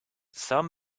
some